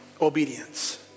Obedience